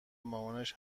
مامانش